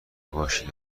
باشید